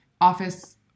office